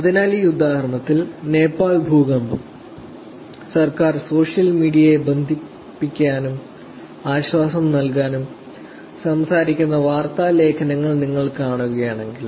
അതിനാൽ ഈ ഉദാഹരണത്തിൽ 'നേപ്പാൾ ഭൂകമ്പം സർക്കാർ സോഷ്യൽ മീഡിയയെ ബന്ധിപ്പിക്കാനും ആശ്വാസം നൽകാനും' സംസാരിക്കുന്ന വാർത്താ ലേഖനങ്ങൾ നിങ്ങൾ കാണുകയാണെങ്കിൽ